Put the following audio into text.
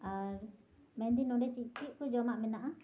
ᱟᱨ ᱢᱮᱱᱫᱟᱹᱧ ᱱᱚᱰᱮ ᱪᱮᱫ ᱪᱮᱫᱠᱚ ᱡᱚᱢᱟᱜ ᱢᱮᱱᱟᱜᱼᱟ